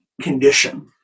condition